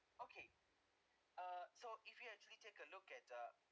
okay uh so if you actually take a look at the